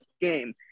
game